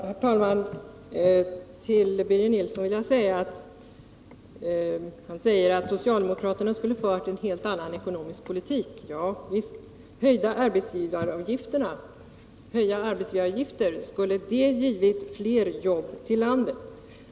Herr talman! Birger Nilsson säger att socialdemokraterna skulle ha fört en helt annan ekonomisk politik. Ja visst! Höjda arbetsgivaravgifter — skulle det ha givit fler jobb ute i landet?